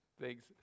thanks